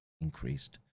increased